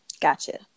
Gotcha